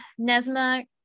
Nesma